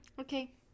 Okay